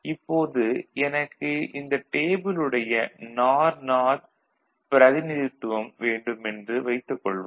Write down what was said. இப்போது எனக்கு இந்த டேபிளுடைய நார் நார் பிரதிநிதித்துவம் வேண்டுமென்று வைத்துக் கொள்வோம்